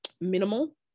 minimal